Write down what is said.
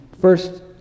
First